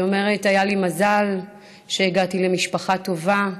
היא אומרת: היה לי מזל שהגעתי למשפחה טובה.